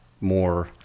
more